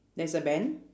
there's a bank